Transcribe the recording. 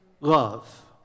Love